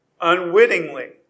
unwittingly